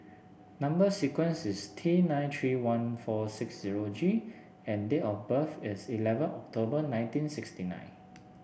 number sequence is T nine three one four six zero G and date of birth is eleven October nineteen sixty nine